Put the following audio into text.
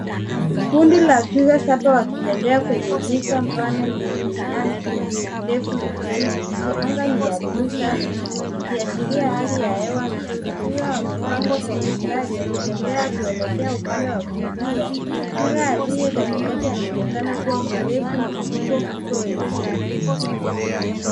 Kundi la twoga sita wakitembea kwenye Nyika pana yenye nyasi ndefu na kijani kibichi. Anga ni ya [cs[blue safi ikiashiria hali ya hewa nzuri. Twiga wamepangwa kwa mstari wakitembea kuelekea upande wa kulia. Twiga aliye katikati anaonekana kuwa mrefu na mkubwa kuliko wengine.